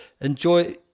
enjoy